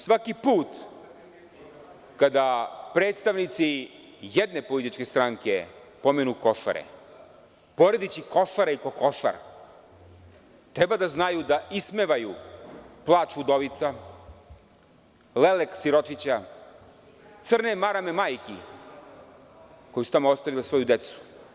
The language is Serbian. Svaki put kada predstavnici jedne političke stranke pomenu Košare poredeći Košare i kokošare treba da znaju da ismevaju plač udovica, lelek siročića, crne marame majki koje su tamo ostavile svoju decu.